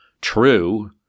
true